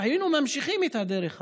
והיינו ממשיכים את הדרך הזאת.